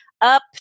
up